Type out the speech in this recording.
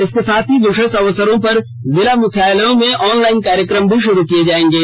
इसके साथ ही विशेष अवसरों पर जिला मुख्यालयों में ऑनलाइन कार्यक्रम भी शुरू किए जाएंगे